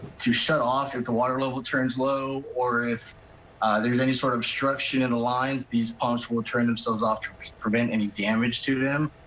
shut off if the water level turns low or if there's any sort of obstruction in the lines, these pumps will turn themselves off to prevent any damage to them.